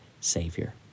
Savior